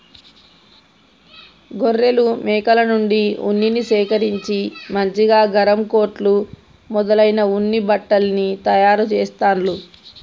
గొర్రెలు మేకల నుండి ఉన్నిని సేకరించి మంచిగా గరం కోట్లు మొదలైన ఉన్ని బట్టల్ని తయారు చెస్తాండ్లు